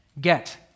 Get